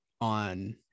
on